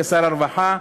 כשר הרווחה,